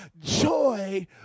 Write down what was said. joy